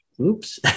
Oops